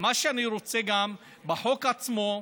מה שאני רוצה בחוק עצמו,